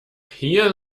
hier